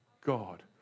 God